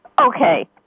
Okay